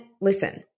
listen